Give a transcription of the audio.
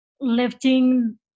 lifting